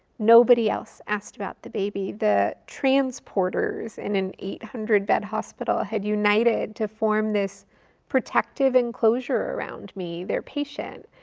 nobody else asked about the baby. the transporters in an eight hundred bed hospital had united to form this protective enclosure around me, their patient.